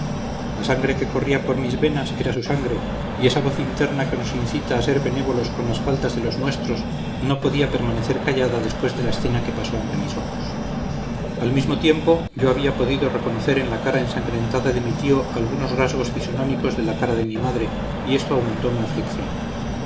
la sangre que corría por mis venas era su sangre y esa voz interna que nos incita a ser benévolos con las faltas de los nuestros no podía permanecer callada después de la escena que pasó ante mis ojos al mismo tiempo yo había podido reconocer en la cara ensangrentada de mi tío algunos rasgos fisonómicos de la cara de mi madre y esto aumentó mi aflicción